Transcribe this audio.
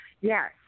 Yes